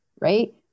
right